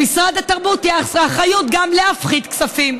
למשרד התרבות יש אחריות גם להפחית כספים,